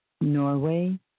Norway